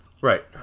Right